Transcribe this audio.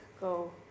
go